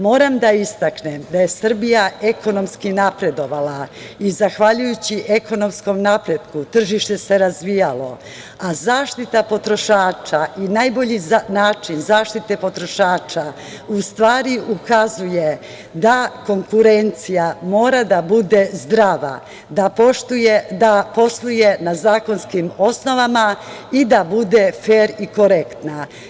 Moram da istaknem da je Srbija ekonomski napredovala i zahvaljujući ekonomskom napretku tržište se razvijalo, a zaštita potrošača i najbolji način zaštite potrošača u stvari ukazuje da konkurencija mora da bude zdrava, da posluje na zakonskim osnovama i da bude fer i korektna.